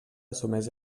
assumeix